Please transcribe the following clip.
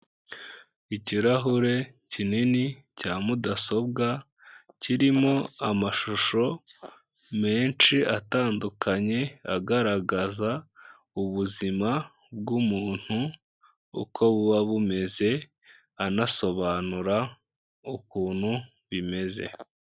Ikirahure kinini cya mudasobwa kirimo amashusho menshi atandukanye agaragaza ubuzima bw'umuntu uko buba bumeze, anasobanura ukuntu bimeze.